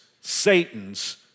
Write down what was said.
Satan's